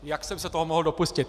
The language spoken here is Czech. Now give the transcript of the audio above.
Jak jsem se toho mohl dopustit!